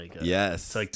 Yes